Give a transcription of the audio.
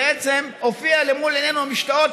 הוספתי לך דקה אבל לא יותר.